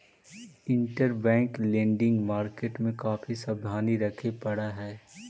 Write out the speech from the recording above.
interbank lending market में काफी सावधानी रखे पड़ऽ हई